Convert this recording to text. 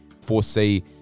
foresee